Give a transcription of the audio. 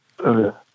Okay